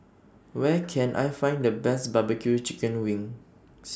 Where Can I Find The Best Barbecue Chicken Wings